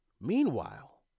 Meanwhile